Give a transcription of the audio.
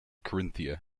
carinthia